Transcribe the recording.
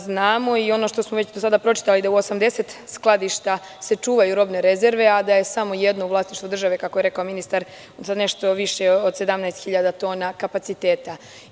Znamo, i ono što smo već do sada pročitali, u 80 skladišta se čuvaju robne rezerve, a samo jedno je u vlasništvu države, kako je rekao ministar, za nešto više od 17 hiljada tona kapaciteta.